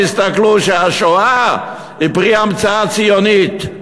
תסתכלו ותראו שהשואה היא פרי המצאה ציונית.